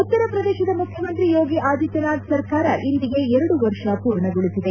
ಉತ್ತರ ಪ್ರದೇಶದ ಮುಖ್ಯಮಂತ್ರಿ ಯೋಗಿ ಆದಿತ್ಯನಾಥ್ ಸರ್ಕಾರ ಇಂದಿಗೆ ಎರಡು ವರ್ಷ ಪೂರ್ಣಗೊಳಿಸಿದೆ